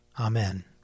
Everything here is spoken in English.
Amen